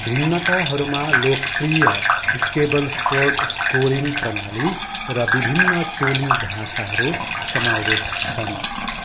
भिन्नताहरूमा लोकप्रिय Stableford scoring प्णारली र विभिन्न टोली ढाँचाहरू समावेश छन्